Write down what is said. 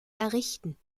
errichten